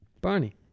Barney